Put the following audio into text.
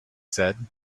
said